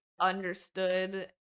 understood